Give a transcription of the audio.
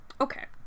Okay